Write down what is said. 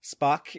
Spock